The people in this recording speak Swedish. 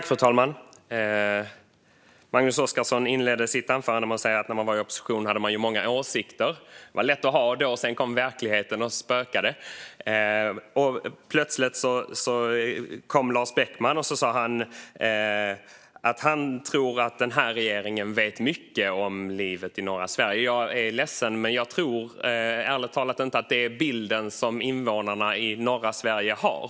Fru talman! Magnus Oscarsson inledde sitt anförande med att säga att man när man var i opposition hade många åsikter. Det var lätt att ha det då. Sedan kom verkligheten och spökade. Och plötsligt kom Lars Beckman och sa att han tror att denna regering vet mycket om livet i norra Sverige. Jag är ledsen, men jag tror ärligt talat inte att det är den bild som invånarna i norra Sverige har.